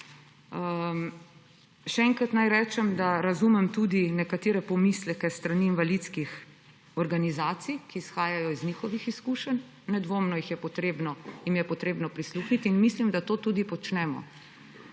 Še enkrat naj rečem, da razumem tudi nekatere pomisleke s strani invalidskih organizacij, ki izhajajo iz njihovih izkušenj, nedvomno jim je treba prisluhniti in mislim, da to tudi počnemo.